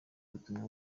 ubutumwa